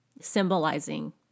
symbolizing